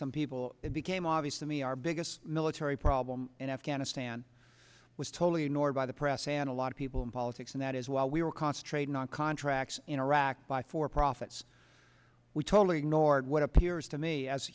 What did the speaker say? some people it became obvious to me our biggest military problem in afghanistan was totally ignored by the press and a lot of people in politics and that is why we were concentrating on contracts in iraq by for profits we totally ignored what appears to me as